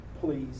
please